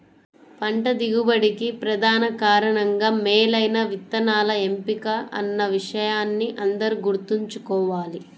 పంట దిగుబడికి ప్రధాన కారణంగా మేలైన విత్తనాల ఎంపిక అన్న విషయాన్ని అందరూ గుర్తుంచుకోవాలి